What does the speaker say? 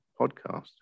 podcast